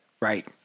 Right